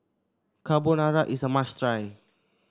carbonara is a must try